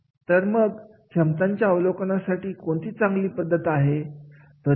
तर मग क्षमतांच्या अवलोकन साठी कोणती चांगली पद्धत आहे